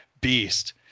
beast